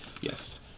Yes